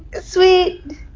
sweet